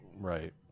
right